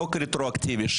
חוק רטרואקטיבי,